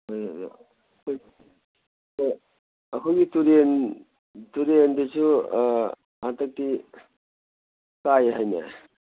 ꯑꯩꯈꯣꯏꯒꯤ ꯇꯨꯔꯦꯟ ꯇꯨꯔꯦꯟꯗꯨꯁꯨ ꯍꯟꯗꯛꯇꯤ ꯀꯥꯏ ꯍꯥꯏꯅꯦ